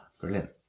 brilliant